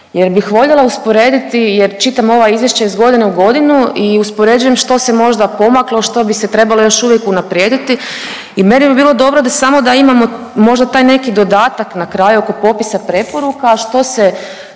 jer bih voljela usporediti jer čitam ova izvješća iz godine u godinu i uspoređujem što se možda pomaklo, a što bi se trebalo još uvijek unaprijediti. I meni bi bilo dobro da samo da imamo možda taj neki dodatak na kraju oko popisa preporuka što se